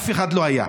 אף אחד לא היה.